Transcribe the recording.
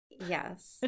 Yes